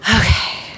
Okay